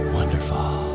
Wonderful